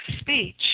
speech